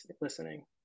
listening